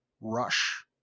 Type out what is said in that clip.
Rush